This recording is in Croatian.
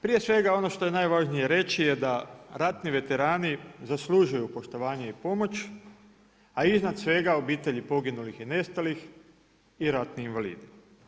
Prije svega ono što je najvažnije reći je da ratni veterani zaslužuju poštovanje i pomoć, a iznad svega obitelji poginulih i nestalih i ratni invalidi.